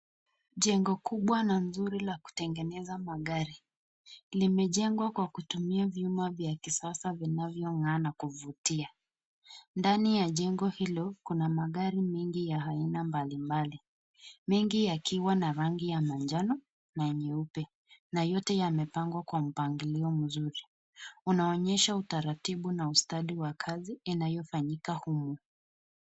Jengo kubwa na nzuri la kutengeneza magari limejengwa kutumia vyuma vya kisasa vinavyong'aa na kuvutia. Ndani ya jengo hilo kuna magari mengi ya aina mbalimbali. Mengi yakiwa ya rangi ya manjano na nyeupe na yote yamepangwa kwa mpangilio mzuri unaoonyesha utaratibu na ustadi wa kazi inayofanyika humu.